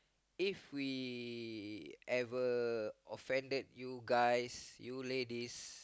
if we ever offended you guys you ladies